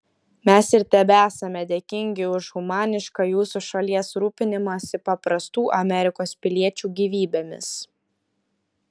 mes ir tebesame dėkingi už humanišką jūsų šalies rūpinimąsi paprastų amerikos piliečių gyvybėmis